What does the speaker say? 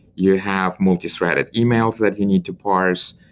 you have multithreaded emails that you need to parse.